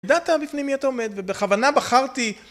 דע בפני מי אתה עומד ובכוונה בחרתי